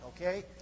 okay